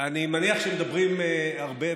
אני מניח שמדברים הרבה,